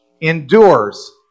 endures